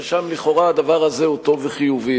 ששם לכאורה הדבר הזה הוא טוב וחיובי.